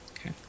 Okay